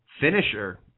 finisher